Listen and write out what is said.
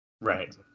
Right